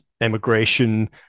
immigration